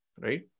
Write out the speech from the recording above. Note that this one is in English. right